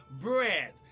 bread